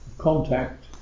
Contact